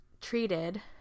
treated